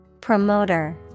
Promoter